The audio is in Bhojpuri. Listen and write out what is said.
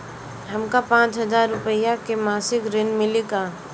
हमका पांच हज़ार रूपया के मासिक ऋण मिली का?